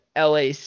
lac